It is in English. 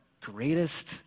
greatest